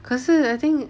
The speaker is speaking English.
可是 I think